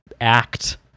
act